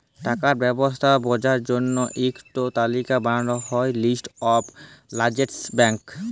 টাকার ব্যবস্থা বঝার জল্য ইক টো তালিকা বানাল হ্যয় লিস্ট অফ লার্জেস্ট ব্যাঙ্ক